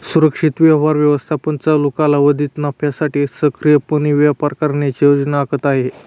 सुरक्षित व्यवहार व्यवस्थापन चालू कालावधीत नफ्यासाठी सक्रियपणे व्यापार करण्याची योजना आखत आहे